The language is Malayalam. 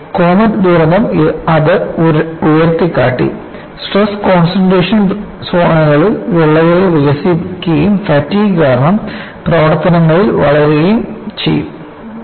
കോമറ്റ് ദുരന്തം അത് ഉയർത്തിക്കാട്ടി സ്ട്രെസ് കോൺസൺട്രേഷൻ സോണുകളിൽ വിള്ളലുകൾ വികസിക്കുകയും ഫാറ്റിഗ് കാരണം പ്രവർത്തനത്തിൽ വളരുകയും ചെയ്യും